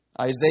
Isaiah